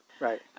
Right